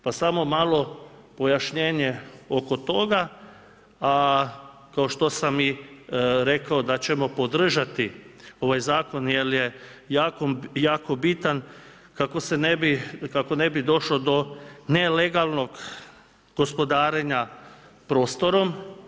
Pa samo malo pojašnjenje oko toga, a kao što sam i rekao, da ćemo podržati ovaj zakon, jer je jako bitan, kako se ne bi, kako ne bi došlo do nelegalnog gospodarenja prostora.